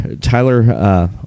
tyler